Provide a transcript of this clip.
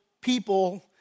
people